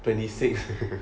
twenty six